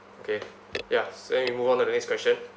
okay ya say we move on to the next question